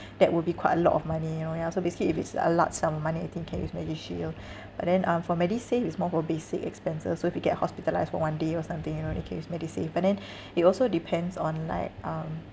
that would be quite a lot of money you know ya so basically if it's a large sum of money I think can use medishield but then um for medisave is more for basic expenses so if you get hospitalised for one day or something you know then can use medisave but then it also depends on like um